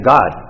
God